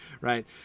right